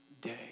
day